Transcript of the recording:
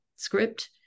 script